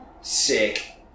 Sick